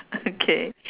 okay